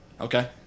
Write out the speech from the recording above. Okay